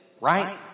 right